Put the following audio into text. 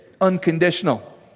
Unconditional